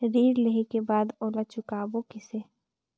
ऋण लेहें के बाद ओला चुकाबो किसे?